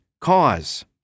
cause